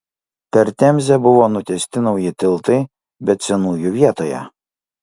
per temzę buvo nutiesti nauji tiltai bet senųjų vietoje